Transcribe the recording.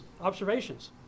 observations